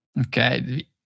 Okay